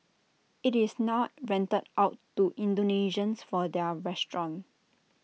IT is now rented out to Indonesians for their restaurant